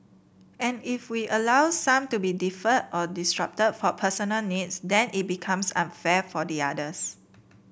and if we allow some to be deferred or disrupted for personal needs then it becomes unfair for the others